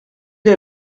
est